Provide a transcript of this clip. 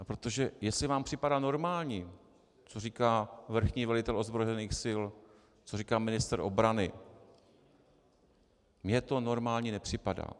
Protože jestli vám připadá normální, co říká vrchní velitel ozbrojených sil, co říká ministr obrany, mně to normální nepřipadá.